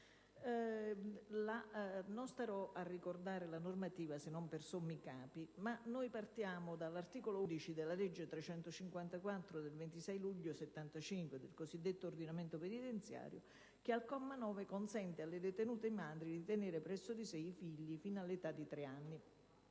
a fare riferimento alla normativa per sommi capi, a partire dall'articolo 11 della legge n. 354 del 26 luglio 1975 sul cosiddetto ordinamento penitenziario che, al comma 9, consente alle detenute madri di tenere presso di sé i figli fino all'età di tre anni.